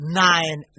nine